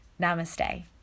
Namaste